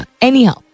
Anyhow